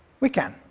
we can,